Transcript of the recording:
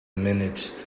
minute